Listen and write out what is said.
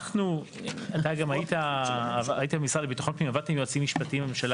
עבדתי עם יועצים משפטיים בממשלה,